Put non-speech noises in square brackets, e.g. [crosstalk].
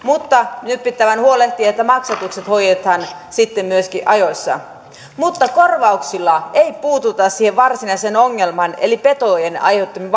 nyt pitää vain huolehtia että maksatukset hoidetaan sitten myöskin ajoissa mutta korvauksilla ei puututa siihen varsinaiseen ongelmaan eli petojen aiheuttamiin [unintelligible]